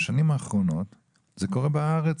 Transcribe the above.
בשנים האחרונות זה קורה בארץ.